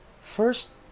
First